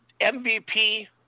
MVP